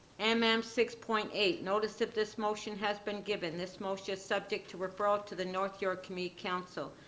and mm um six point eight. notice of this motion has been given. this motion is subject to referral to the north york community council.